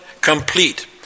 complete